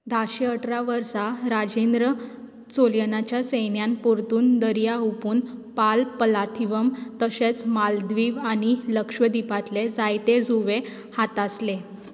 धाशे अठरा वर्सा राजेंद्र चोल्यनाच्या सैन्यान परतून दर्या हुंपून पाल पलाथिवम तशेंच मालदीव आनी लक्षद्वीपांतले जायते जुंवे हातासले